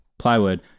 Plywood